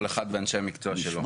כל אחד ואנשי המקצוע שלו.